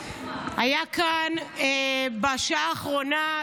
היה כאן מופע אימים בשעה האחרונה,